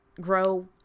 grow